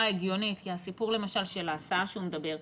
הגיונית כי הסיפור למשל של ההסעה שהוא מדבר,